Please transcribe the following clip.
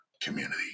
community